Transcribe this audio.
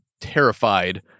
terrified